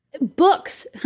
books